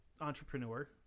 entrepreneur